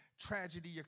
tragedy